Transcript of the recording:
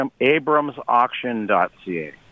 abramsauction.ca